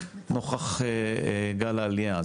נוכח גל העלייה.